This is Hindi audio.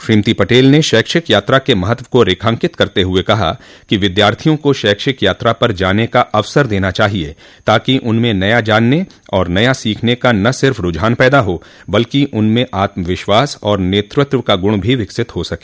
श्रीमती पटेल ने शैक्षिक यात्रा के महत्व को रेखांकित करते हुए कहा कि विद्यार्थियों को शैक्षिक यात्रा पर जाने का अवसर देना चाहिए ताकि उनमें नया जानने और नया सीखने का न सिर्फ़ रूझान पैदा हो बल्कि उनमें आत्मविश्वास और नेतृत्व का गुण भी विकसित हो सके